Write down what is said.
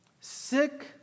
sick